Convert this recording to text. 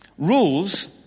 Rules